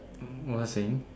um what was I saying